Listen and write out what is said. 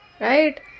Right